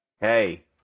hey